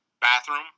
bathroom